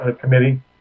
Committee